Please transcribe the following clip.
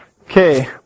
Okay